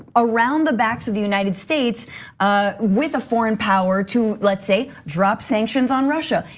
around the backs of the united states ah with a foreign power to, let's say, drop sanctions on russia.